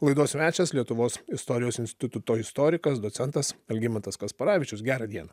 laidos svečias lietuvos istorijos instituto istorikas docentas algimantas kasparavičius gerą dieną